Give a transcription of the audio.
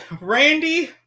Randy